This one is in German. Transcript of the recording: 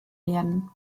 werden